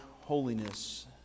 holiness